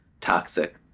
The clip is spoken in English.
toxic